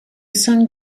song